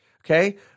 okay